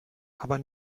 aber